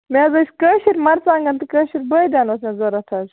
مےٚ حظ ٲسۍ کٲشِرۍ مَرژٕوانٛگَن تہٕ کٲشِرۍ بٲدیان اوس مےٚ ضروٗرت حظ